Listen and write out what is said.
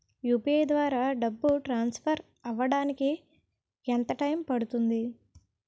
UPI ద్వారా డబ్బు transfer అవ్వడానికి ఎంత టైం పడుతుంది?